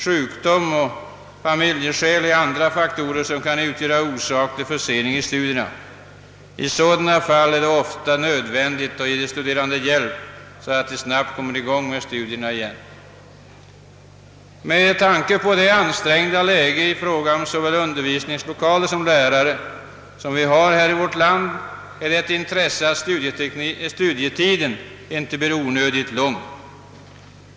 Sjukdom och familjeskäl är andra faktorer som kan utgöra orsak till försening i studierna. I sådana fall är det ofta nödvändigt att ge de studerande hjälp så att de snabbt kommer i gång med studierna igen. Med tanke på det ansträngda läge i fråga om såväl undervisningslokaler som lärare som vi har här i vårt land är det av intresse för såväl den studerande som samhället att studietiden inte blir onödigt lång.